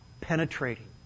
Penetrating